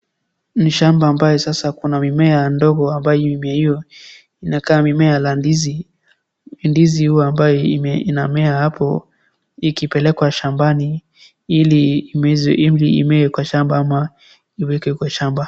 Ni shamba ambye sasa kuna mimea ndogo ambaye imeiva, inakaa mimea la ndizi, ndizi hua ambaye inamea hapo, ikipelekwa shambani ili imezwe, ili imee kwa shamba ama iwekwe kwa shamba.